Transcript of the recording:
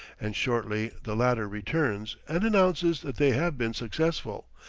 and shortly the latter returns, and announces that they have been successful.